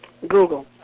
Google